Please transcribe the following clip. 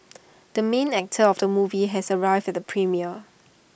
the main actor of the movie has arrived at the premiere